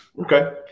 Okay